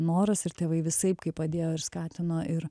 noras ir tėvai visaip kaip padėjo ir skatino ir